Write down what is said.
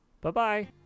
Bye-bye